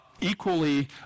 equally